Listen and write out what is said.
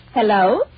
Hello